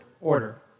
order